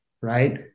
right